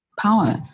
power